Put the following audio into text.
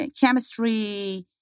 chemistry